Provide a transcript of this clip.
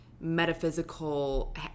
metaphysical